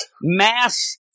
mass